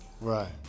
Right